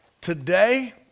today